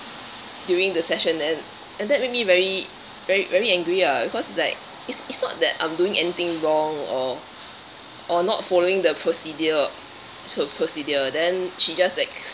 during the session and and that made me very very very angry lah because like it's it's not that I'm doing anything wrong or or not following the procedure so procedure then she just like